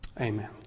Amen